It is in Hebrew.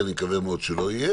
ואני מקווה מאוד שלא יהיה